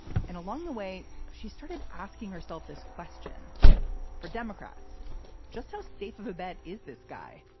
and along the way she started asking herself this question for democrats just how safe of a bet is this guy?